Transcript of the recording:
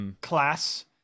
class